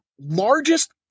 largest